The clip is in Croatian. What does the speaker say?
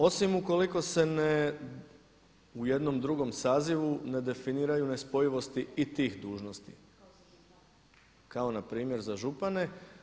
Osim ukoliko se u jednom drugom sazivu ne definiraju nespojivosti i tih dužnosti, kao npr. za župane.